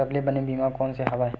सबले बने बीमा कोन से हवय?